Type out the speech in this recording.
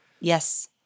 Yes